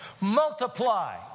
multiply